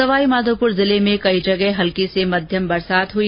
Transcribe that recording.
सवाईमाधोपुर जिले में कई जगह हल्की से मध्यम बरसात हुई